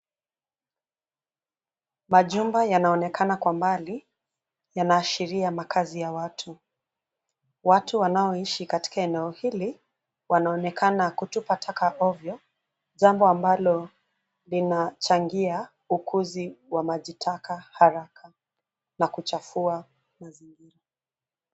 Majumba yanaonekana kwa mbali, yanaashiria makazi ya watu. Watu wanaoishi katika eneo hili, wanaonekana kutupa taka ovyo, jambo ambalo linachangia ukuzi wa maji taka haraka na kuchafua mazingira.